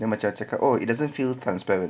dia macam cakap oh it doesn't feel transparent